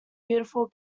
beautiful